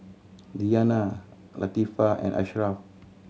Diyana Latifa and Ashraf